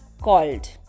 called